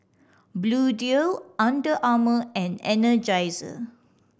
Bluedio Under Armour and Energizer